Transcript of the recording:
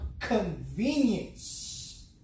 convenience